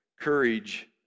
courage